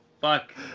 fuck